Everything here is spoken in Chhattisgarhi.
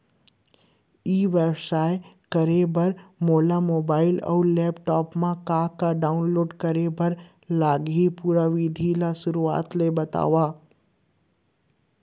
ई व्यवसाय करे बर मोला मोबाइल अऊ लैपटॉप मा का का डाऊनलोड करे बर लागही, पुरा विधि ला शुरुआत ले बतावव?